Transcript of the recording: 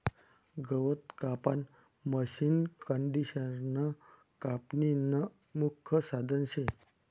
गवत कापानं मशीनकंडिशनर कापनीनं मुख्य साधन शे